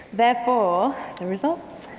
therefore, the results.